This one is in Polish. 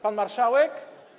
Pan marszałek?